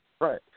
right